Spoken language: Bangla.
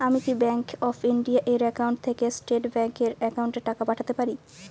আমি কি ব্যাংক অফ ইন্ডিয়া এর একাউন্ট থেকে স্টেট ব্যাংক এর একাউন্টে টাকা পাঠাতে পারি?